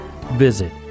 Visit